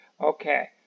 Okay